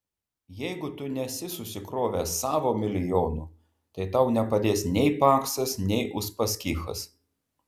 jeigu tu nesi susikrovęs savo milijonų tai tau nepadės nei paksas nei uspaskichas